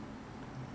我没有我没有事